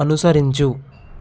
అనుసరించు